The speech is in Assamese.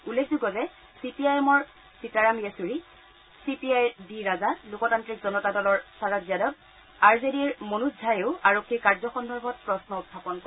উল্লেখযোগ্য যে চিপিআই এমৰ সীতাৰাম য়েচুৰী চিপিআইৰ ডি ৰাজা লোকতান্ত্ৰিক জনতা দলৰ সৰদ যাদৱ আৰ জে ডিৰ মনোজ ঝায়েও আৰক্ষীৰ কাৰ্য সন্দৰ্ভত প্ৰশ্ন উত্থাপন কৰে